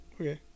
Okay